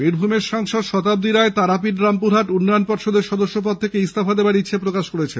বীরভূমের সাংসদ শতাব্দী রায় তারাপীঠ রামপুরহাট উন্নয়ন পর্যদ সদস্যপদ থেকে ইস্তফার ইচ্ছা প্রকাশ করেছেন